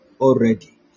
already